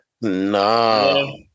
Nah